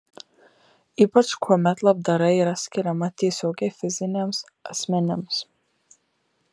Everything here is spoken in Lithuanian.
ypač kuomet labdara yra skiriama tiesiogiai fiziniams asmenims